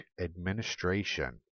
Administration